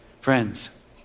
Friends